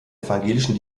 evangelischen